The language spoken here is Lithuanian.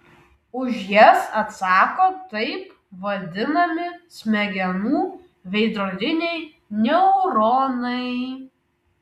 už jas atsako taip vadinami smegenų veidrodiniai neuronai